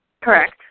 correct